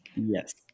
Yes